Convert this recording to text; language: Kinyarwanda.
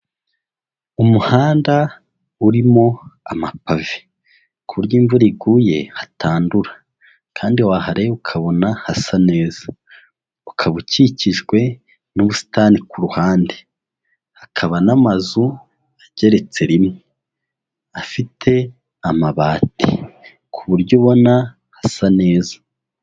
Umuhanda urimo amapave, ku buryo iyo imvura iguye hatandura kandi wahareba ukabona hasa neza, ukaba ukikijwe n'ubusitani ku ruhande, hakaba n'amazu ageretse rimwe afite amabati, ku buryo ubona hasa neza.